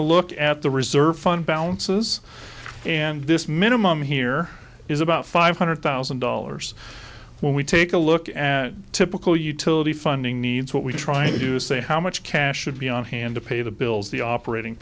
a look at the reserve fund balances and this minimum here is about five hundred thousand dollars when we take a look at typical utility funding needs what we try to do is say how much cash should be on hand to pay the bills the operating